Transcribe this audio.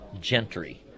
gentry